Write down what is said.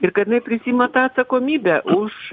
ir kad jinai prisiima tą atsakomybę už